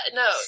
no